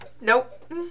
Nope